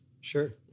Sure